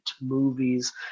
movies